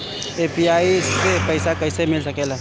UPI से पइसा कईसे मिल सके ला?